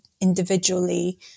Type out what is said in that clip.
individually